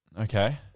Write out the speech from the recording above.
Okay